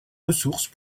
ressources